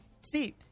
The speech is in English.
see